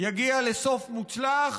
יגיע לסוף מוצלח,